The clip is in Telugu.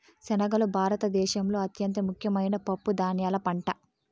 శనగలు భారత దేశంలో అత్యంత ముఖ్యమైన పప్పు ధాన్యాల పంట